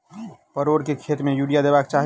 परोर केँ खेत मे यूरिया देबाक चही?